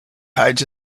hides